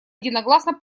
единогласно